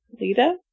Lita